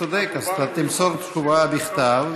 אז אתה תמסור תשובה בכתב.